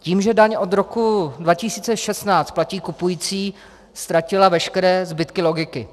Tím, že daň od roku 2016 platí kupující, ztratila veškeré zbytky logiky.